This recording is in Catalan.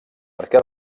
perquè